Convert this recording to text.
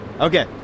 Okay